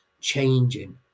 changing